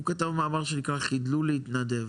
הוא כתב מאמר שנקרא חדלו להתנדב,